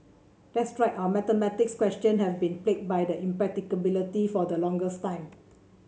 that's right our mathematics question have been plagued by impracticality for the longest time